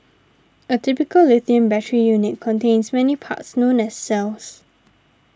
a typical lithium battery unit contains many parts known as cells